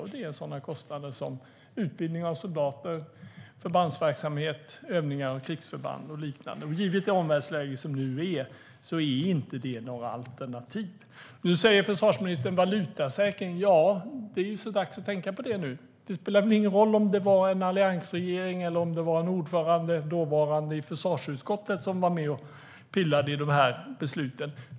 Det är sådana kostnader som utbildning av soldater, förbandsverksamhet, övningar av krigsförband och liknande, och givet det omvärldsläge som nu är är det inte några alternativ. Nu talar försvarsministern om valutasäkring. Det är så dags att tänka på det nu. Det spelar väl ingen roll om det var en alliansregering eller om det var en dåvarande ordförande i försvarsutskottet som var med och pillade i de här besluten.